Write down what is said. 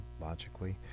logically